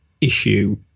issue